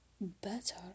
better